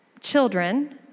children